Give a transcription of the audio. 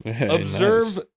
Observe